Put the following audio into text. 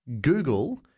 Google